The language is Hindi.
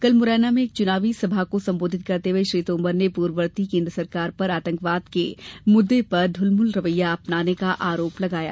कल मुरैना में एक चुनावी सभा को संबोधित करते हुए श्री तोमर ने पूर्ववर्ती केन्द्र सरकार पर आतंकवाद के मुद्दे पर दुलमुल रवैया अपनाने का आरोप लगाया